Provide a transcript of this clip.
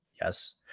Yes